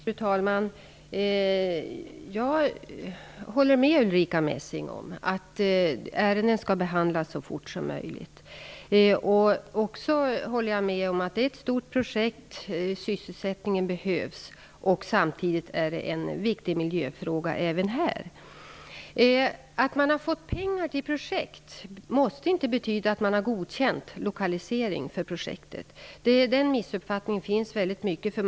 Fru talman! Jag håller med Ulrica Messing om att ärenden skall behandlas så fort som möjligt. Jag håller också med om att det är ett stort projekt. Sysselsättningen behövs, och det är samtidigt en viktig miljöfråga även här. Att man har fått pengar till projekt måste inte betyda att man har godkänt lokaliseringen för projektet. Den missuppfattningen är väldigt utbredd.